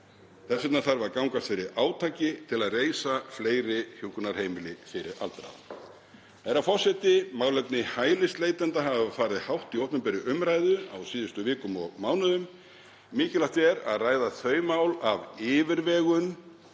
þess vegna þarf að gangast fyrir átaki til að reisa fleiri hjúkrunarheimili fyrir aldraða. Herra forseti. Málefni hælisleitenda hafa farið hátt í opinberri umræðu á síðustu vikum og mánuðum. Mikilvægt er að ræða þau mál af yfirvegun